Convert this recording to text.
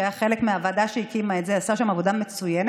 שהיה חלק מהוועדה שהקימה את זה ועשה שם עבודה מצוינת,